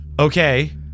Okay